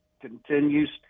continues